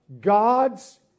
God's